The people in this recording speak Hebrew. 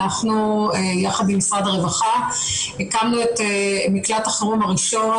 אנחנו יחד עם משרד הרווחה הקמנו את מקלט החירום הראשון